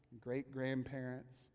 great-grandparents